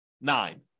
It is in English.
nine